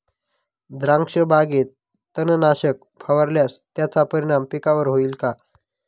द्राक्षबागेत तणनाशक फवारल्यास त्याचा परिणाम पिकावर होईल का?